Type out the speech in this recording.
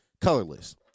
Colorless